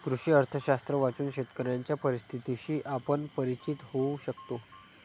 कृषी अर्थशास्त्र वाचून शेतकऱ्यांच्या परिस्थितीशी आपण परिचित होऊ शकतो